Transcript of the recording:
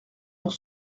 pour